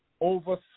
Over